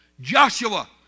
Joshua